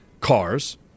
cars